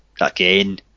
again